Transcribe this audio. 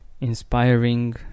inspiring